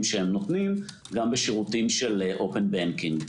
שהם נותנים גם בשירותים של אופן בנקינג.